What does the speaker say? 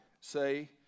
say